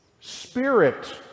spirit